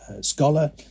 scholar